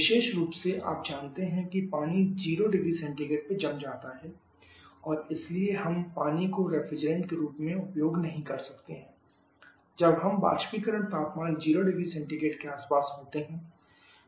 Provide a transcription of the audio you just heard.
विशेष रूप से आप जानते हैं कि पानी 0℃ पर जम जाता है और इसलिए हम पानी को रेफ्रिजरेंट के रूप में उपयोग नहीं कर सकते हैं जब हम बाष्पीकरण तापमान 0 ℃ के आसपास होते हैं